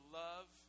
love